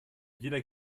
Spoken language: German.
jeder